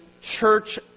church